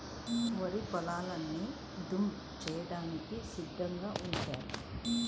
వరి పొలాల్ని దమ్ము చేయడానికి సిద్ధంగా ఉంచారు